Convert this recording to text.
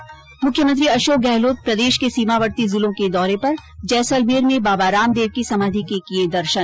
् मुख्यमंत्री अशोक गहलोत प्रदेश के सीमावर्ती जिलों के दौरे पर जैसलमेर में बाबा रामदेव की समाधि के किये दर्शन